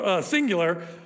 singular